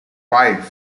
five